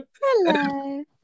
Hello